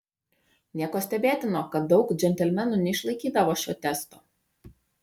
nieko stebėtino kad daug džentelmenų neišlaikydavo šio testo